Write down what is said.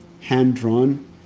hand-drawn